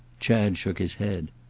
chad shook his head.